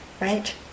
right